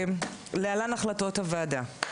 להלן החלטות הוועדה.